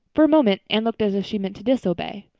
for a moment anne looked as if she meant to disobey.